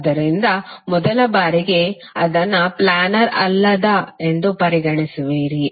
ಆದ್ದರಿಂದ ಮೊದಲ ಬಾರಿಗೆ ಅದನ್ನು ಪ್ಲ್ಯಾನರ್ ಅಲ್ಲದ ಎಂದು ಪರಿಗಣಿಸುವಿರಿ